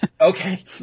Okay